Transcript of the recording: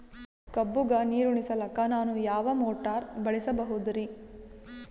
ಕಬ್ಬುಗ ನೀರುಣಿಸಲಕ ನಾನು ಯಾವ ಮೋಟಾರ್ ಬಳಸಬಹುದರಿ?